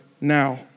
now